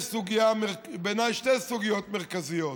יש בעיניי שתי סוגיות מרכזיות,